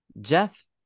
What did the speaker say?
Jeff